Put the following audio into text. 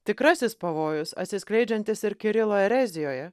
tikrasis pavojus atsiskleidžiantis ir kirilo erezijoje